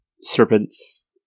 Serpent's